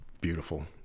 beautiful